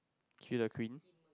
kill the queen